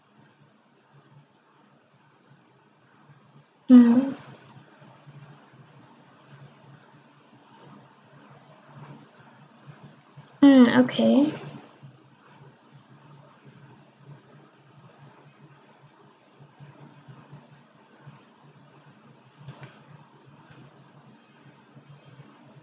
mm ah okay